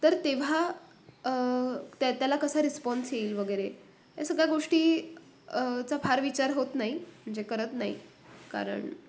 तर तेव्हा त्या त्याला कसा रिस्पॉन्स येईल वगैरे या सगळ्या गोष्टी चा फार विचार होत नाही म्हणजे करत नाही कारण